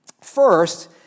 First